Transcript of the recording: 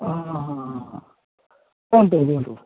ଓହୋ କୁହନ୍ତୁ କୁହନ୍ତୁ